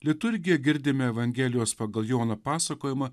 liturgija girdime evangelijos pagal joną pasakojimą